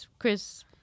Chris